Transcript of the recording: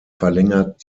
verlängert